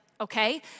okay